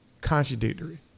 contradictory